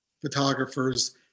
photographers